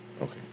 okay